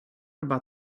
about